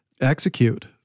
execute